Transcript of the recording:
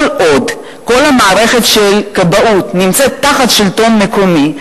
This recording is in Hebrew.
כל עוד כל המערכת של הכבאות נמצאת תחת השלטון המקומי,